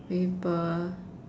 paper